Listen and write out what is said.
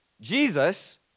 Jesus